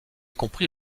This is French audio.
compris